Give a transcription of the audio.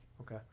Okay